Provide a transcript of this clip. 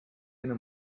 enne